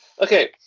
Okay